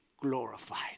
glorified